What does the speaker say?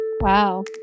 wow